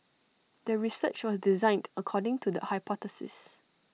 the research was designed according to the hypothesis